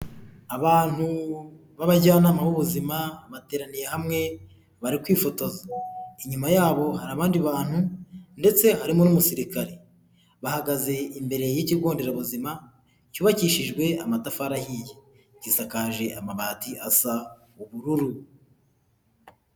Abantu b'abajyanama b'ubuzima bateraniye hamwe bari kwifotoza inyuma y'abo hari abandi bantu ndetse harimo n'umusirikare bahagaze imbere y'ikigo nderabuzima cyubakishijwe amatafari ahiye gisakaje amabati asa ubururu.